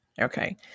Okay